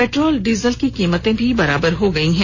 petrol diesel की कीमतें बराबर हो गई है